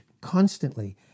constantly